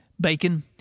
Bacon